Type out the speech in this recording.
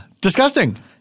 Disgusting